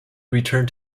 returned